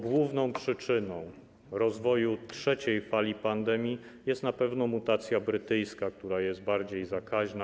Główną przyczyną rozwoju trzeciej fali pandemii jest na pewno mutacja brytyjska, która jest bardziej zakaźna.